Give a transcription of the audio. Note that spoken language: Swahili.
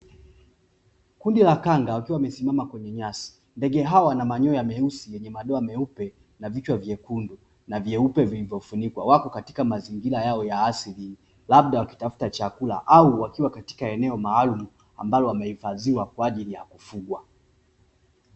Kundi la kanga wakiwa wamesimama kwenye nyasi ndege hawa wana manyoya meusi yenye madoa meupe na vichwa vyekundu na vyeupe, vilivyofunikwa wako katika mazingira yao ya asili labda wakitafuta chakula au wakiwa katika eneo maalumu ambalo wamehifadhiwa kwa ajili ya kufugwa.